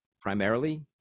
primarily